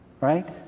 right